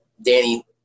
Danny